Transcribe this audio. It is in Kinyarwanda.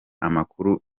amakuru